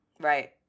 right